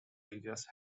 religious